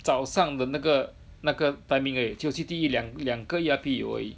早上的那个那个 timing 而已只有 C_T_E 两两个 E_R_P 有而已